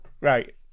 right